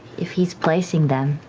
if he's placing them,